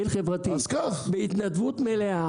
בהתנדבות מלאה,